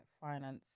finance